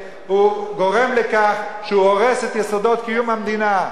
גורם לכך שהוא הורס את יסודות קיום המדינה.